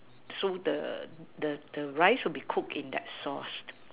so the the the rice will be cook in the sauced